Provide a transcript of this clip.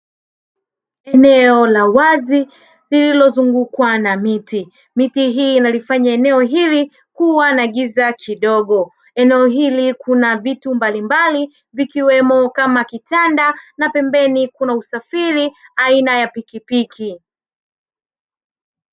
Eneo la wazi lililozungukwa na miti. Miti hii inalifanya eneo hili kuwa na giza kidogo. Eneo hili kuna vitu mbalimbali vikiwemo kama kitanda na pembeni kuna usafiri aina ya pikipiki.